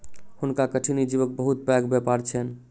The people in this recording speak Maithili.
हुनका कठिनी जीवक बहुत पैघ व्यापार छैन